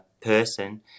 person